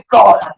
God